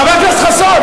חבר הכנסת חסון.